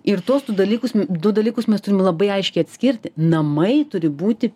ir tuos tu dalykus du dalykus mes turim labai aiškiai atskirti namai turi būti